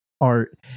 art